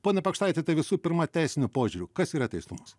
pone pakštaiti tai visų pirma teisiniu požiūriu kas yra teistumas